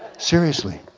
seriously!